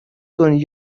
کنید